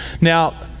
Now